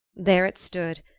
there it stood,